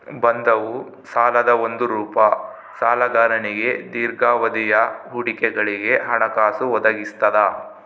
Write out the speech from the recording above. ಬಂಧವು ಸಾಲದ ಒಂದು ರೂಪ ಸಾಲಗಾರನಿಗೆ ದೀರ್ಘಾವಧಿಯ ಹೂಡಿಕೆಗಳಿಗೆ ಹಣಕಾಸು ಒದಗಿಸ್ತದ